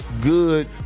good